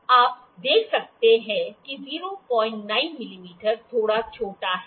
आप देख सकते हैं कि 09 मिमी थोड़ा छोटा है